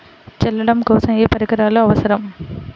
చల్లడం కోసం ఏ పరికరాలు అవసరం?